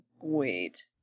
wait